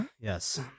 Yes